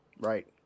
Right